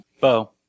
Bo